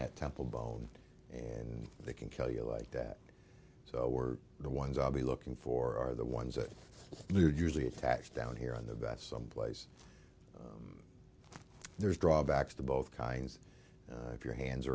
that temple bone and they can kill you like that so we're the ones i'll be looking for are the ones that are usually attached down here on the bat someplace there's drawbacks to both kinds if your hands